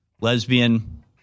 lesbian